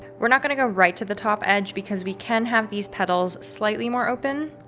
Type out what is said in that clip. we're not going to go right to the top edge because we can have these petals slightly more open,